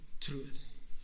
truth